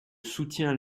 soutiens